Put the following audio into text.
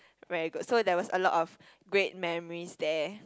very good so there was a lot of great memories there